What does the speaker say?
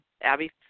Abby